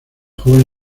joven